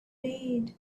read